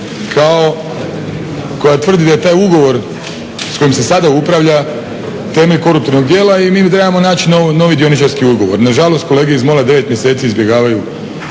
koja tvrdi da je taj ugovor s kojim se sada upravlja temelj koruptivnog dijela i mi trebamo naći novi dioničarski ugovor. Na žalost kolege iz MOL-a 9 mjeseci izbjegavaju